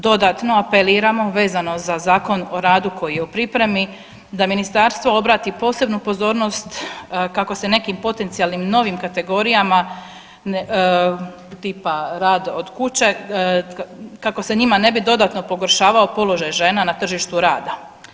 Dodatno apeliramo vezano za Zakon o radu koji je u pripremi da ministarstvo obrati posebnu pozornost kako se nekim potencijalnim novim kategorijama tipa rad od kuće, kako se njima ne bi dodatno pogoršavao položaj žena tržištu rada.